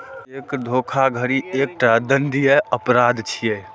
cheque धोखाधड़ी एकटा दंडनीय अपराध छियै